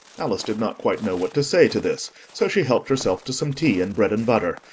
alice did not quite know what to say to this so she helped herself to some tea and bread-and-butter,